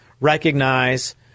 recognize